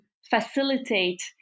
Facilitate